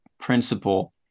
principle